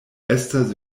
estas